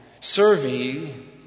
Serving